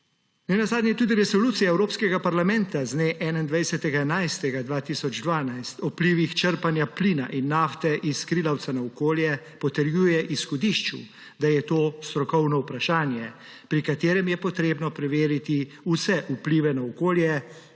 Nenazadnje tudi Resolucija Evropska parlamenta z dne 21. 11. 2012 o vplivih črpanja plina in nafte iz skrilavca na okolje potrjuje v izhodišču, da je to strokovno vprašanje, pri katerem je potrebno preveriti vse vplive na okolje,